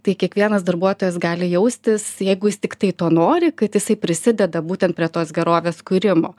tai kiekvienas darbuotojas gali jaustis jeigu jis tiktai to nori kad jisai prisideda būtent prie tos gerovės kūrimo